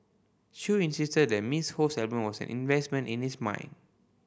Chew insisted that Miss Ho's album was an investment in his mind